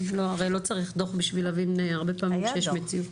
הרי לא צריך דוח בשביל להבין שיש מציאות.